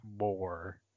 more